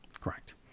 Correct